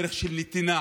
דרך של נתינה.